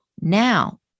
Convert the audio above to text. now